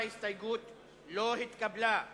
ההסתייגות של קבוצת